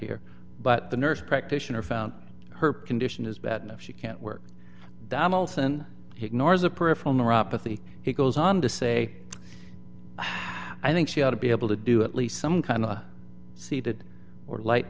here but the nurse practitioner found her condition is bad enough she can't work donaldson he ignores a peripheral neuropathy he goes on to say i think she ought to be able to do at least some kind of seated or light